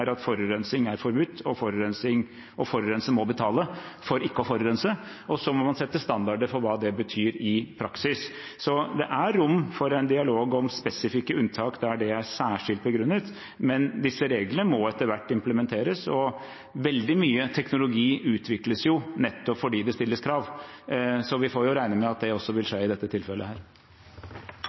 at forurensning er forbudt, og at forurenser må betale for ikke å forurense. Så må man sette standarder for hva det betyr i praksis. Det er rom for en dialog om spesifikke unntak der det er særskilt begrunnet, men disse reglene må etter hvert implementeres, og veldig mye teknologi utvikles nettopp fordi det stilles krav. Vi får regne med at det vil skje også i dette tilfellet.